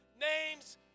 name's